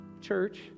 Church